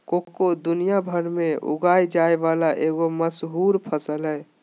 cocoa दुनिया भर में उगाल जाय वला एगो मशहूर फसल हइ